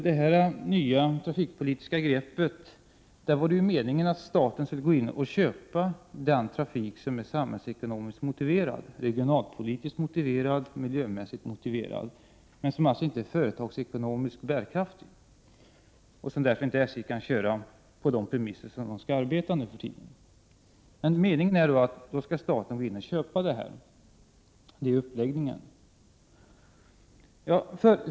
Det nya trafikpolitiska greppet innebar ju att staten skulle gå in och köpa den trafik som är samhällsekonomiskt motiverad, regionalpolitiskt motiverad eller miljömässigt motiverad men som inte är företagsekonomiskt bärkraftig och som SJ därför inte kan bedriva med de premisser som SJ nu för tiden skall arbeta på. Meningen är alltså att staten då skall gå in och köpa den trafiken. Det är uppläggningen.